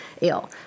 ill